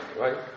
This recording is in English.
right